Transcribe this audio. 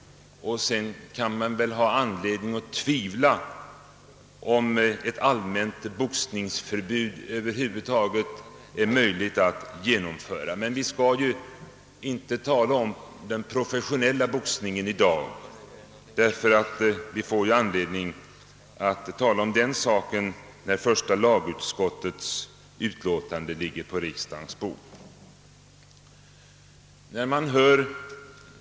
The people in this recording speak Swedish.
Man kan väl också ha anledning att tvivla på att ett allmänt boxningsförbud över huvud taget är möjligt att genomföra. Vi skall däremot inte i dag tala om den professionella boxningen, eftersom vi får anledning att behandla den när första lagutskottets utlåtande ligger på kammarens bord.